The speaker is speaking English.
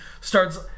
starts